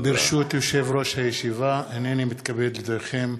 ברשות יושב-ראש הישיבה, הנני מתכבד להודיעכם,